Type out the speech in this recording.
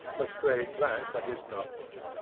lestrade glanced at his note-book.